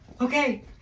Okay